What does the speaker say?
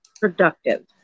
productive